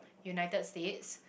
United States